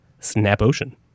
SNAPOcean